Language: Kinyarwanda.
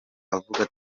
avuga